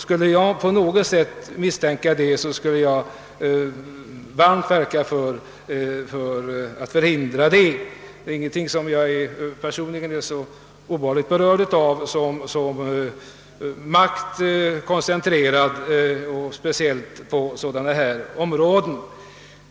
Skulle jag hysa den ringaste misstanke härom, skulle jag varmt verka för att förhindra detta. Det finns ingenting som jag personligen är så obehagligt berörd av som maktkoncentration, speciellt på sådana här områden.